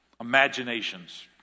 imaginations